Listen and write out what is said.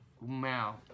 Wow